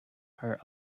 her